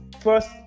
first